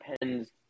depends